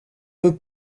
peut